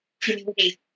community